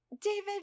David